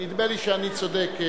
נדמה לי שאני צודק.